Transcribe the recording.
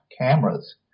cameras